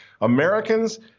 Americans